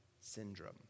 syndrome